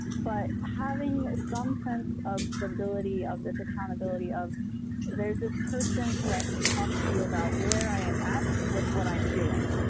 but having some sense of stability, of this accountability, of there's this person who i can talk to about where i am at with what i'm doing,